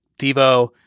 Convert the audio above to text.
Devo